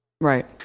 Right